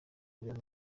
kureba